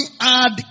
add